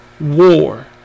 war